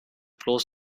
bloß